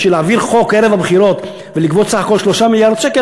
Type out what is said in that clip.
בשביל להעביר חוק ערב הבחירות ולגבות בסך הכול 3 מיליארד שקל,